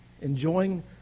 enjoying